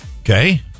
Okay